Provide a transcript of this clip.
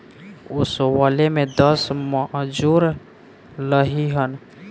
ओसवले में दस मजूर लगिहन